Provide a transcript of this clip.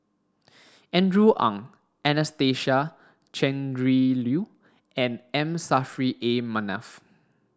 Andrew Ang Anastasia Tjendri Liew and M Saffri A Manaf